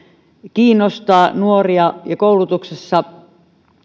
kiinnostaa nuoria ja koulutuksessa